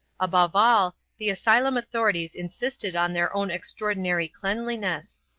above all, the asylum authorities insisted on their own extraordinary cleanliness.